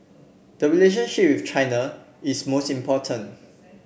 the relationship with China is most important